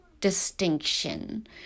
distinction